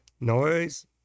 noise